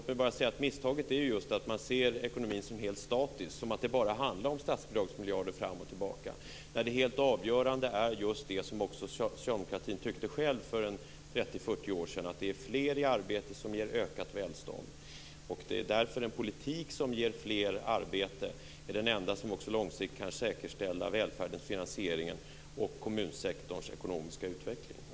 Låt mig bara säga att misstaget är just att man ser ekonomin som helt statisk, som att det bara handlar om stasbidragsmiljarder fram och tillbaka, när det helt avgörande är just det som också socialdemokratin tyckte själv för 30-40 år sedan, att det är fler i arbete som ger ökat välstånd. Därför är en politik som ger fler arbete det enda som långsiktigt kan säkerställa välfärdens finansiering och kommunsektorns ekonomiska utveckling.